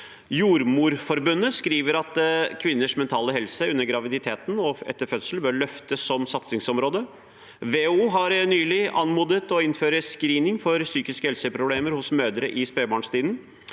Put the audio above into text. Jordmorforbundet skriver at kvinners mentale helse under graviditeten og etter fødsel bør løftes som satsingsområde. WHO har nylig anmodet om å innføre screening for psykiske helseproblemer hos mødre i spedbarnstiden.